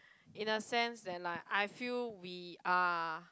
in a sense that like I feel we are